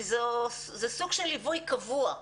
זה סוג של ליווי קבוע,